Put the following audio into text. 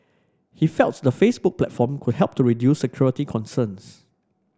he felt the Facebook platform could help to reduce security concerns